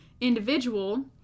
individual